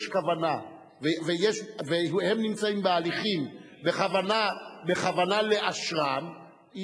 והם נמצאים בהליכים בכוונה לאשרם,